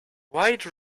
wide